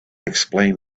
explained